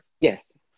Yes